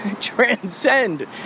transcend